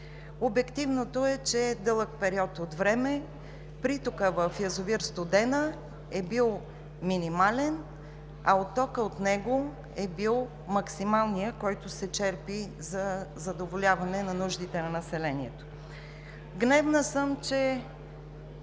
Обективното е, че в дълъг период от време притокът в язовир „Студена“ е бил минимален, а оттокът от него е бил максималният, който се черпи за задоволяване нуждите на населението. Гневна съм, че